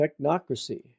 Technocracy